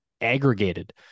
aggregated